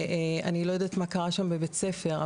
אני לא יודעת מה קרה שם בבית הספר,